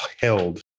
held